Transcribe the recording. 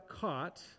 caught